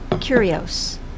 curios